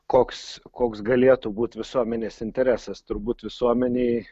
koks koks galėtų būt visuomenės interesas turbūt visuomenei